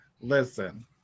Listen